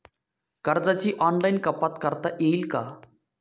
कर्जाची ऑनलाईन कपात करता येईल का?